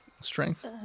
Strength